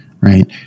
right